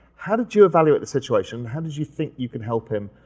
how did you evaluate the situation? how did you think you could help him?